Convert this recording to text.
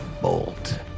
bolt